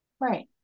Right